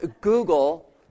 Google